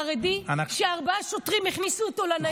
חרדי שארבעה שוטרים הכניסו לניידת.